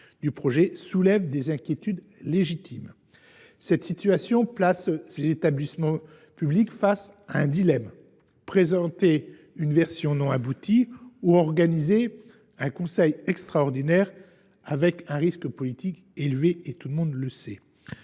du projet soulève des inquiétudes légitimes. Cette situation place ces établissements publics face à un dilemme : présenter une version non aboutie ou organiser un conseil extraordinaire, avec un risque politique qui est, comme chacun le sait,